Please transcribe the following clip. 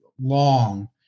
long